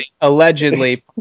Allegedly